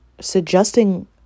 suggesting